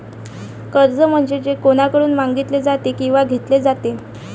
कर्ज म्हणजे जे कोणाकडून मागितले जाते किंवा घेतले जाते